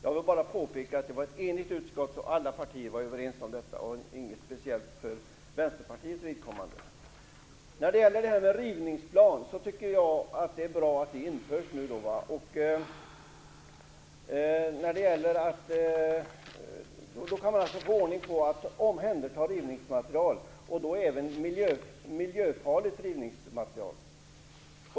Jag vill bara påpeka att utskottet var enigt och att alla partier var överens om detta. Det var inget speciellt för Vänsterpartiets vidkommande. Jag tycker att det är bra att det nu införs krav på rivningsplaner. Då kan man få ordning på omhändertagandet av rivningsmaterial och då även av miljöfarligt rivningsmaterial.